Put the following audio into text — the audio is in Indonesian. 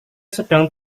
sedang